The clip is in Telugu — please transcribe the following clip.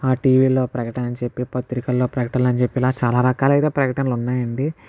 ఆ టీవీలో ప్రకటన అని చెప్పి పత్రికల్లో ప్రకటనలు అని చెప్పి ఇలా చాలా రకాలు అయితే ప్రకటనలు ఉన్నాయి అండి